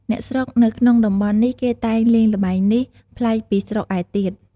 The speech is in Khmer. អ្នកស្រុកនៅក្នុងតំបន់នេះគេតែងលេងល្បែងនេះ ប្លែកពីស្រុកឯទៀត ។